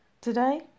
Today